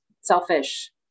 selfish